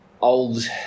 old